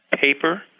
paper